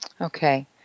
Okay